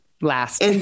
last